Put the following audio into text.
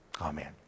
Amen